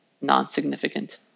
non-significant